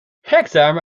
exams